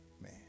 man